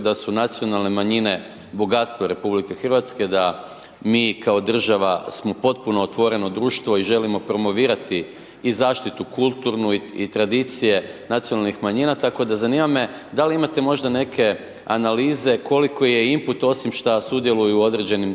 da su nacionalne manjine bogatstvo RH, da mi kao država smo potpuno otvoreno društvo i želimo promovirati i zaštitu kulturnu i tradicije nacionalnih manjina, tako da, zanima me da li imate možda neke analize koliko je input osim šta sudjeluju